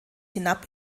hinab